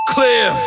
Clear